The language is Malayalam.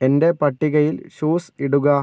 എന്റെ പട്ടികയിൽ ഷൂസ് ഇടുക